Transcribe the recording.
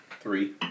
Three